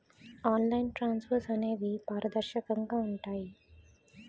online transfers అనేవి పారదర్శకంగా ఉంటాయి